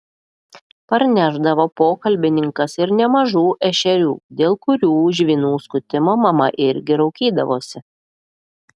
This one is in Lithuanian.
parnešdavo pokalbininkas ir nemažų ešerių dėl kurių žvynų skutimo mama irgi raukydavosi